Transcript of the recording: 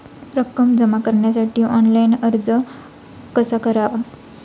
रक्कम जमा करण्यासाठी ऑनलाइन अर्ज कसा करावा?